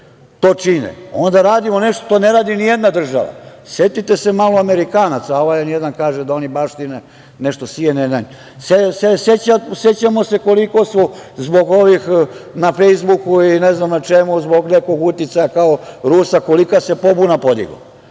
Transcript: to čine, onda radimo nešto što ne radi ni jedna država. Setite se malo Amerikanaca, a ova N1 kaže da oni baštine nešto SNN. Sećamo se koliko su zbog ovih na Fejsbuku i ne znam na čemu, zbog nekog uticaja, kao Rusa, kolika se pobuna podigla.